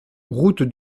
route